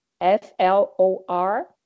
f-l-o-r